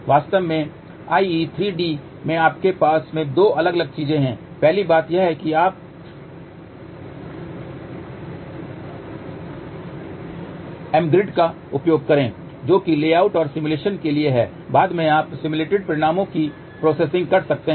वास्तव में IE3D में आपके पास में दो अलग अलग चीजें हैं पहली बात यह है कि आप एमग्रिड का उपयोग करें जो कि लेआउट और सिमुलेशन के लिए है बाद में आप सिम्युलेटेड परिणामों की प्रोसेसिंग कर सकते हैं